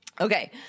Okay